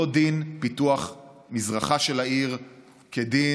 לא דין פיתוח מזרחה של העיר כדין